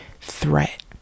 threat